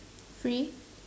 free